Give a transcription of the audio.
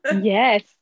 Yes